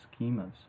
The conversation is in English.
schemas